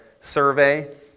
survey